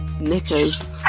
Knickers